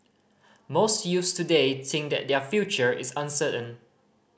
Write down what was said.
most youths today think that their future is uncertain